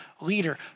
leader